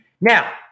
Now